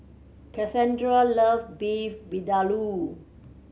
Kassandra love Beef Vindaloo